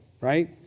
right